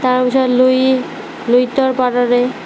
তাৰপিছত লুই লুইতৰ পাৰৰে